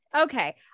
okay